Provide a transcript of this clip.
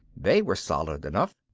they were solid enough.